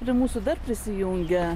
prie mūsų dar prisijungė